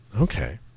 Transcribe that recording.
Okay